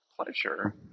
Pleasure